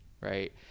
Right